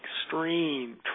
extreme